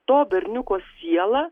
to berniuko siela